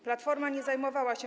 Platforma nie zajmowała się.